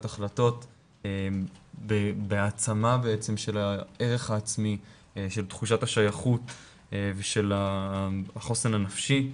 החלטות בהעצמה של הערך העצמי של תחושת השייכות ושל החוסן הנפשי.